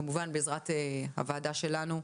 כמובן בעזרת הוועדה שלנו,